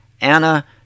Anna